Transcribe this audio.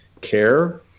care